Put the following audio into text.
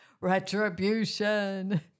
Retribution